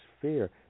fear